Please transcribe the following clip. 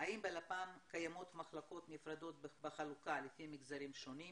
האם בלפ"מ קיימות מחלקות נפרדות בחלוקה לפי מגזרים שונים.